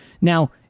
Now